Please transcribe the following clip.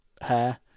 hair